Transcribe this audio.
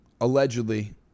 allegedly